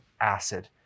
acid